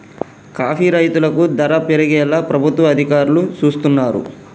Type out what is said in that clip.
coffee రైతులకు ధర పెరిగేలా ప్రభుత్వ అధికారులు సూస్తున్నారు